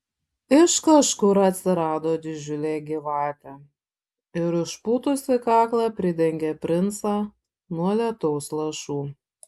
iš kažkur atsirado didžiulė gyvatė ir išpūtusi kaklą pridengė princą nuo lietaus lašų